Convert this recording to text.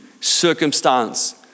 circumstance